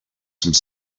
some